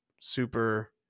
super